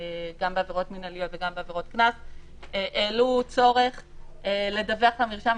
בעבירות מנהליות וגם בעבירות קנס העלו צורך לדווח למרשם